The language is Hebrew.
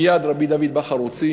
מייד רבי דוד בכר הוציא